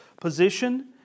position